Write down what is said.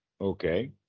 Okay